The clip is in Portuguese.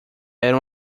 era